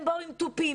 הם באו עם תופים,